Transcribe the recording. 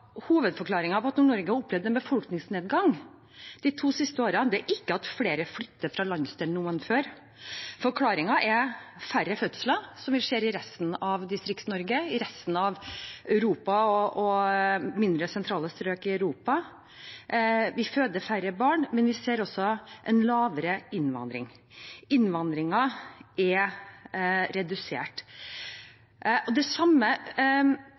har opplevd en befolkningsnedgang de to siste årene, er ikke at flere flytter fra landsdelen nå enn før. Forklaringen er færre fødsler, som vi ser i resten av Distrikts-Norge og i resten av Europa, i mindre sentrale strøk i Europa. Vi føder færre barn, men vi ser også lavere innvandring. Innvandringen er redusert. Det samme